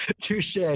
Touche